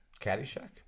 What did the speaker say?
Caddyshack